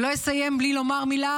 ולא אסיים בלי לומר מילה